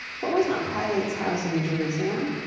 for was not pilate's house in jerusalem?